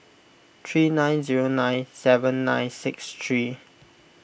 three nine zero nine seven nine six three